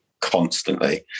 constantly